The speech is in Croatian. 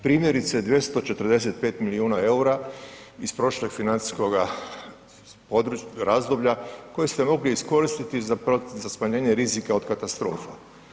Primjerice, 245 milijuna eura iz prošlog financijskog razdoblja koje ste mogli iskoristiti za smanjenje rizika od katastrofa.